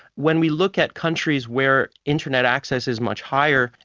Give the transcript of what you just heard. when we look at countries where internet access is much higher,